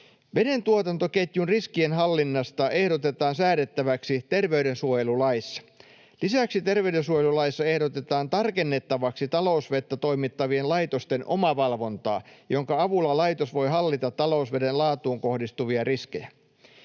Vedentuotantoketjun riskienhallinnasta ehdotetaan säädettäväksi terveydensuojelulaissa. Lisäksi terveydensuojelulaissa ehdotetaan tarkennettavaksi talousvettä toimittavien laitosten omavalvontaa, jonka avulla laitos voi hallita talousveden laatuun kohdistuvia riskejä.